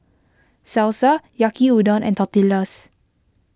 Salsa Yaki Udon and Tortillas